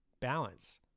balance